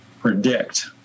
predict